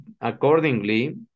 Accordingly